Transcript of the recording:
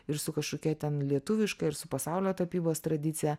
ir su kažkokia ten lietuviška ir su pasaulio tapybos tradicija